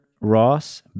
Ross